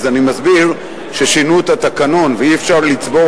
אז אני מסביר ששינו את התקנון ואי-אפשר לצבור